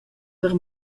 per